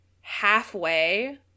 halfway